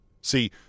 See